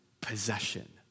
possession